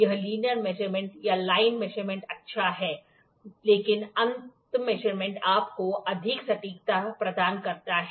यह linear measurement या line measurement अच्छा है लेकिन अंत मैशरमेंट आपको अधिक सटीकता प्रदान करता है